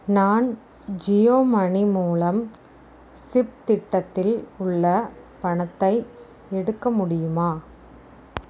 நான் ஜியோ மனி மூலம் சிப் திட்டத்தில் உள்ள பணத்தை எடுக்க முடியுமா